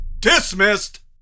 Dismissed